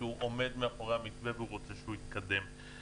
שהוא עומד מאחורי המתווה ושהוא רוצה שהוא יתקדם.